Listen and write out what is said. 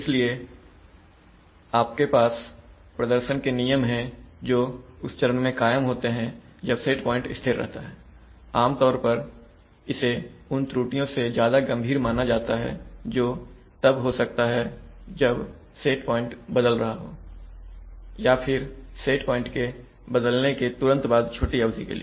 इसलिए अगर आपके पास प्रदर्शन के नियम हैं जो उस चरण में कायम होते हैं जब सेट प्वाइंट स्थिर रहता है आमतौर पर इसे उन त्रुटियों से ज्यादा गंभीर माना जाता है जो तब हो सकता है जब सेट प्वाइंट बदल रहा हो या फिर सेट प्वाइंट के बदलने के तुरंत बाद छोटी अवधि के लिए